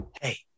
hey